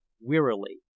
wearily